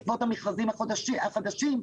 בעקבות המכרזים החדשים,